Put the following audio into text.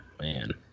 man